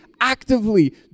actively